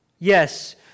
Yes